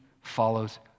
follows